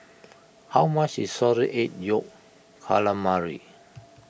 how much is Salted Egg Yolk Calamari